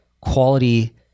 quality